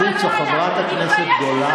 תוציא אותי.